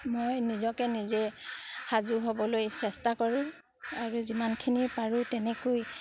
মই নিজকে নিজে সাজু হ'বলৈ চেষ্টা কৰোঁ আৰু যিমানখিনি পাৰোঁ তেনেকৈ